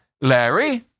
Larry